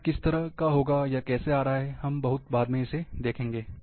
यह किस तरह होगा यह कैसे आ रहा है हम बहुत बाद में देखेंगे